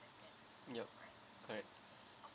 yup correct